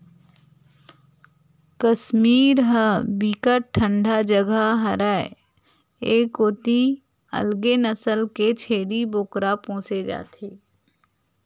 कस्मीर ह बिकट ठंडा जघा हरय ए कोती अलगे नसल के छेरी बोकरा पोसे जाथे